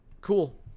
Cool